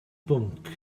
bwnc